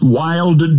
wild